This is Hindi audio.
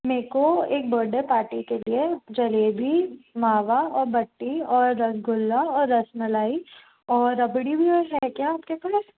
मेको एक बर्डे पार्टी के लिए जलेबी मावा और बट्टी और रसगुल्ला और रसमलाई और रबड़ी भी है क्या आपके पास